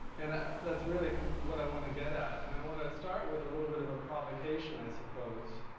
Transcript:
and that's really kind of what i wanna get at. and i wanna start with a little bit of a provocation i suppose.